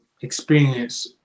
experience